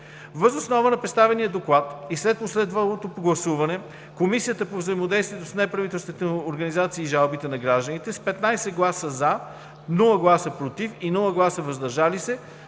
Въз основа на представения Доклад и след последвалото гласуване, Комисията по взаимодействието с неправителствените организации и жалбите на гражданите с 15 гласа „за“, без „против“ и „въздържали се“,